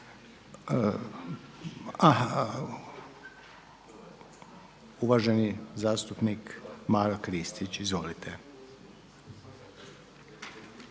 Uvaženi zastupnik Maro Kristić. Izvolite.